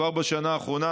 כבר בשנה האחרונה,